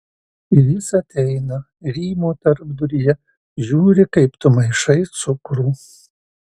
ir jis ateina rymo tarpduryje žiūri kaip tu maišai cukrų